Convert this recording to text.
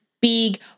big